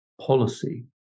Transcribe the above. policy